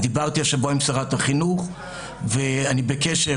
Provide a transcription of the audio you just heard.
אני דיברתי השבוע עם שרת החינוך ואני בקשר